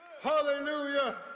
Hallelujah